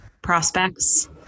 prospects